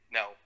no